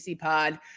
Pod